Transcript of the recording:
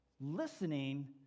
Listening